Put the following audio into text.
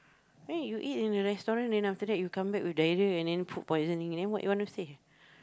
then you eat in a restaurant then after that you come back with diarrhoea and then food poisoning and then what you want to say